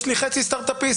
יש לי חצי סטארט-אפיסטים.